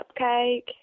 Cupcake